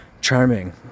Charming